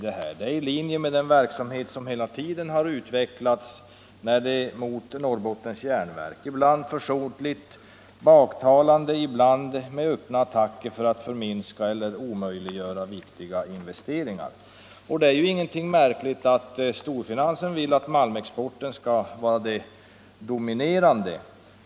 Det ligger tvärtom i linje med den verksamhet som hela tiden har bedrivits gentemot Norrbottens Järnverk med ibland försåtligt baktalande, ibland med öppna attacker för att förminska eller omöjliggöra viktiga investeringar. Det är inte heller så konstigt att storfinansen vill att malmexporten skall vara det dominerande.